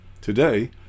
Today